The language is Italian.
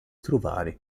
trovare